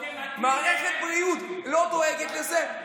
מערכת הבריאות לא דואגת לזה,